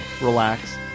relax